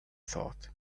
thought